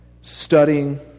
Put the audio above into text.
studying